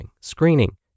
screening